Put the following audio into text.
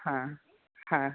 હા હા